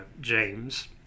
James